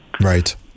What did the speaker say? Right